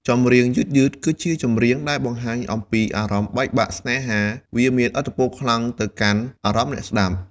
ចម្រៀងយឺតៗ គឺជាចម្រៀងដែលបង្ហាញអំពីអារម្មណ៍បែកបាក់ស្នេហាវាមានឥទ្ធិពលខ្លាំងទៅកាន់អារម្មណ៍អ្នកស្តាប់។